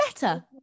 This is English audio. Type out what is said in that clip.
better